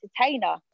entertainer